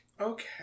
Okay